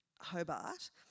Hobart